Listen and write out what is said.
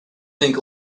think